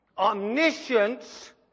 omniscience